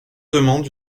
demandent